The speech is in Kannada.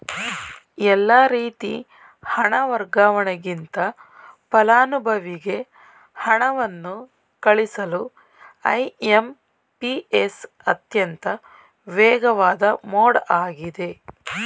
ಎಲ್ಲಾ ರೀತಿ ಹಣ ವರ್ಗಾವಣೆಗಿಂತ ಫಲಾನುಭವಿಗೆ ಹಣವನ್ನು ಕಳುಹಿಸಲು ಐ.ಎಂ.ಪಿ.ಎಸ್ ಅತ್ಯಂತ ವೇಗವಾದ ಮೋಡ್ ಆಗಿದೆ